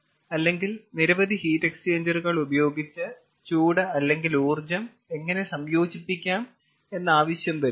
അല്ലെങ്കിൽ നിരവധി ഹീറ്റ് എക്സ്ചേഞ്ചറുകൾ ഉപയോഗിച്ച് ചൂട് അല്ലെങ്കിൽ ഊർജ്ജം എങ്ങനെ സംയോജിപ്പിക്കാം എന്ന ആവശ്യം വരുമ്പോൾ